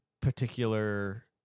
particular